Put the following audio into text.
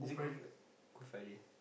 is it good fri~ good friday